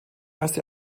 erste